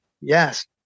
yes